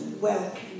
welcome